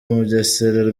mugesera